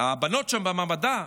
הבנות שם במעבדה,